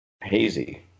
hazy